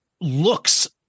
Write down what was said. looks